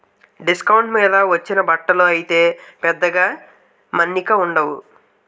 డిస్కౌంట్ల మీద వచ్చిన బట్టలు అయితే పెద్దగా మన్నికుండవు